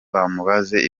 bamubaze